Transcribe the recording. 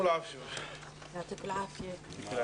הישיבה ננעלה בשעה 13:31.